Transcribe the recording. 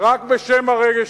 רק בשם הרגש.